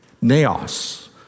naos